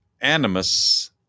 animus